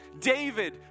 David